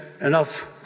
enough